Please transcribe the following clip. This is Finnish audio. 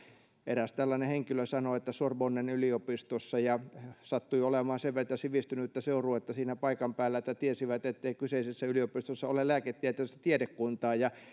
eräs tällainen henkilö sanoi että sorbonnen yliopistossa ja sattui olemaan sen verta sivistynyttä seuruetta siinä paikan päällä että tiesivät ettei kyseisessä yliopistossa ole lääketieteellistä tiedekuntaa ja